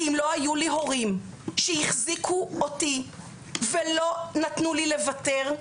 כי אם לא היו לי הורים שהחזיקו אותי ולא נתנו לי לוותר,